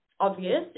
obvious